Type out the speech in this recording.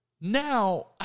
now